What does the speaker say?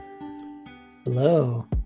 Hello